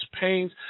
pains